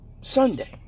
Sunday